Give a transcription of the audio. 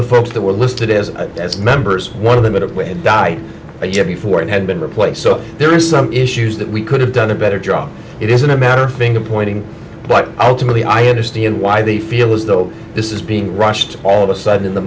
the folks that were listed as its members one of them it would have died before it had been replaced so there are some issues that we could have done a better job it isn't a matter of finger pointing but ultimately i understand why they feel as though this is being rushed all of a sudden in the